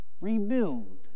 rebuild